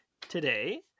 today